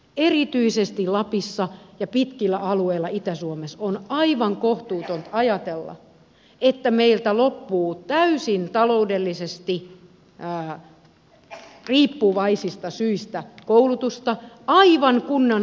erityisesti lapissa ja pitkillä alueilla itä suomessa on aivan kohtuutonta ajatella että meiltä loppuu täysin taloudesta riippuvaisista syistä koulutusta aivan kunnan kantokyvyn mukaisesti